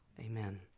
amen